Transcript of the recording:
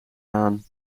aan